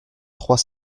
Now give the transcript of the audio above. trois